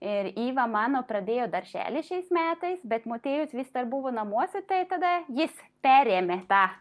ir iva mano pradėjo darželį šiais metais bet motiejus vis dar buvo namuose tai tada jis perėmė tą